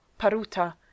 Paruta